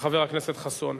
לחבר הכנסת חסון.